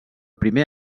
primer